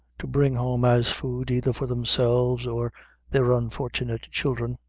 to bring home as food, either for themselves or their unfortunate children.